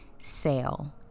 sale